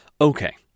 okay